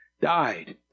died